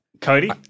Cody